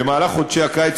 במהלך חודשי הקיץ,